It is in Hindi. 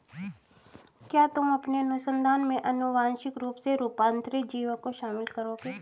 क्या तुम अपने अनुसंधान में आनुवांशिक रूप से रूपांतरित जीवों को शामिल करोगे?